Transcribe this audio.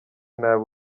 nabi